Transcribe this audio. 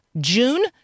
June